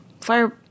Fire